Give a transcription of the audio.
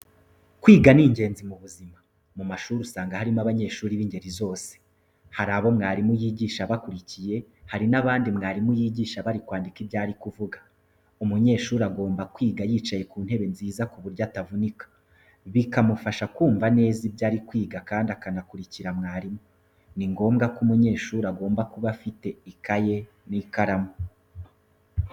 Kwiga ni ingenzi mu buzima, mu mashuri usanga harimo abanyeshuri b'ingeri zose. Hari abo mwarimu yigisha bakurikiye, hari n'abandi mwarimu yigisha bari kwandika ibyo ari kuvuga. Umunyeshuri agomba kwiga yicaye ku ntebe nziza ku buryo atavunika, bikamufasha kumva neza ibyo ari kwiga kandi akanakurikira mwarimu. Ni ngombwa ko umunyeshuri agomba kuba afite ikayi n'ikaramu.